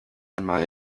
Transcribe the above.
einmal